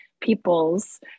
peoples